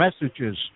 messages